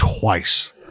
Twice